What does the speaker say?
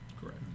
Correct